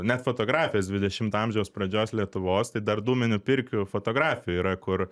net fotografijas dvidešimto amžiaus pradžios lietuvos tai dar dūminių pirkių fotografijų yra kur